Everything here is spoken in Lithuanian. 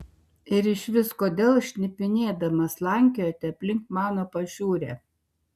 ir išvis kodėl šnipinėdamas slankiojate aplink mano pašiūrę